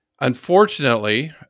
Unfortunately